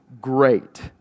great